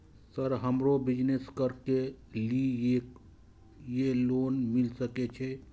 Sir हमरो business करके ली ये लोन मिल सके छे?